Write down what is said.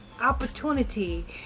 opportunity